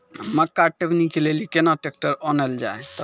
मक्का टेबनी के लेली केना ट्रैक्टर ओनल जाय?